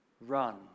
Run